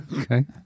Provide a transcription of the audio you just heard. Okay